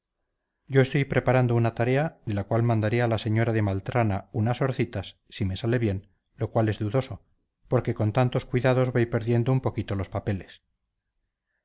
yo estoy preparando una tarea de la cual mandaré a la señora de maltrana unas orcitas si me sale bien lo cual es dudoso porque con tantos cuidados voy perdiendo un poquito los papeles